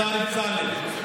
השר אמסלם,